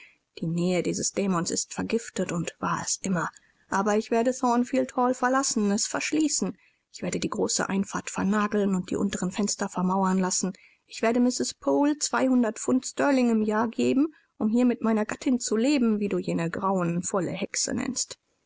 die nähe diesem dämons ist vergiftet und war es immer aber ich werde thornfield hall verlassen es verschließen ich werde die große einfahrt vernageln und die unteren fenster vermauern lassen ich werde mrs poole zweihundert pfund sterling im jahr geben um hier mit meiner gattin zu leben wie du jene grauenvolle hexe nennst